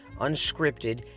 unscripted